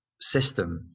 system